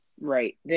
Right